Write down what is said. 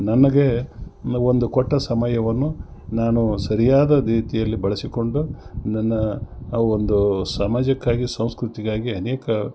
ನನಗೆ ನ ಒಂದು ಕೊಟ್ಟ ಸಮಯವನ್ನು ನಾನು ಸರಿಯಾದ ರೀತಿಯಲ್ಲಿ ಬಳಸಿಕೊಂಡು ನನ್ನ ಒಂದು ಸಮಾಜಕ್ಕಾಗಿ ಸಂಸ್ಕೃತಿಗಾಗಿ ಅನೇಕ